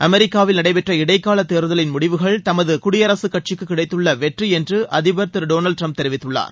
அமெரிக்காவில் நடைபெற்ற இடைக்கால தேர்தலின் முடிவுகள் தமது குடியரசு கட்சிக்கு கிடைத்துள்ள வெற்றி என்று அதிபர் திரு டொனால்டு டிரம்ப் தெரிவித்துள்ளார்